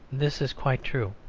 this is quite true